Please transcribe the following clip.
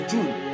June